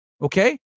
okay